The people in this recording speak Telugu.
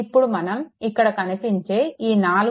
ఇప్పుడు మనం ఇక్కడ కనిపించే ఈ 4